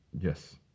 yes